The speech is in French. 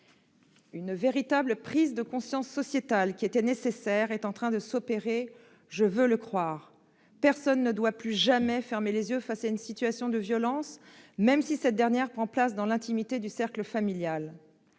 Une véritable prise de conscience sociétale était nécessaire. Je veux croire qu'elle est en train de s'opérer. Personne ne doit plus jamais fermer les yeux face à une situation de violence, même si cette dernière prend place dans l'intimité du cercle familial.